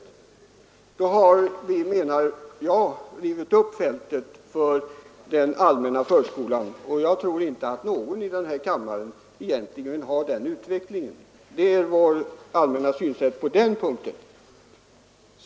Med en sådan ordning menar jag att vi skulle ha rivit upp fältet för den allmänna förskolan, och jag tror inte att någon i denna kammare egentligen vill ha en sådan utveckling. Det är vårt allmänna synsätt på denna punkt.